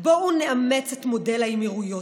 בואו נאמץ את מודל האמירויות,